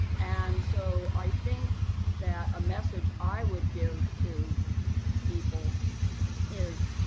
and so, i think that a message i would give to people is,